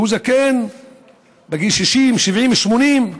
שהוא זקן בגיל 60, 70, 80,